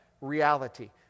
reality